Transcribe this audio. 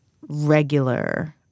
regular